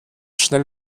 schnell